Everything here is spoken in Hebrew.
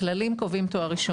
הכללים קובעים תואר ראשון.